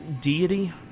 deity